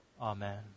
Amen